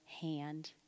hand